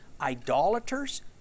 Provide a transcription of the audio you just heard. idolaters